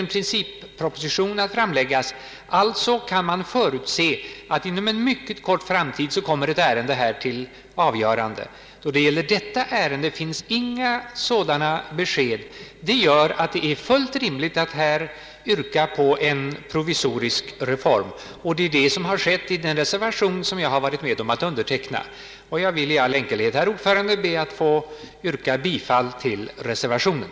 Man kan alltså förutse att det ärendet kommer till avgörande inom en mycket kort framtid. Då det gäller det nu aktuella ärendet finns inga sådana besked. Det är därför fullt rimligt att här yrka på en provisorisk reform. Det är detta som skett i den reservation jag har varit med om att underteckna. Jag vill i all enkelhet, herr talman, yrka bifall till reservationen.